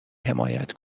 حمایت